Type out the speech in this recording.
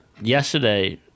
yesterday